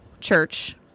church